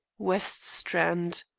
west strand.